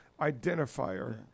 identifier